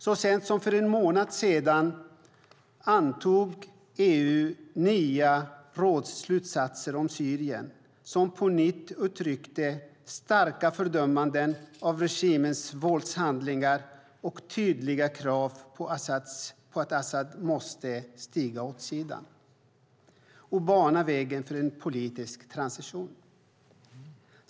Så sent som för en månad sedan antog EU nya rådsslutsatser om Syrien som på nytt uttryckte starka fördömanden av regimens våldshandlingar och tydliga krav på att Assad måste stiga åt sidan och bana vägen för en politisk transition.